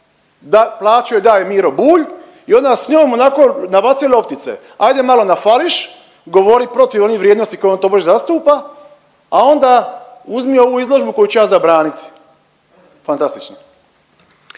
plaću joj daje Miro Bulj i onda s njom onako nabacuje loptice. Hajde malo na fališ, govori protiv onih vrijednosti koje on tobož zastupa, a onda uzmi ovu izložbu koju ću ja zabraniti. Fantastično!